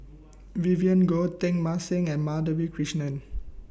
Vivien Goh Teng Mah Seng and Madhavi Krishnan